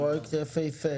פרויקט יפהפה.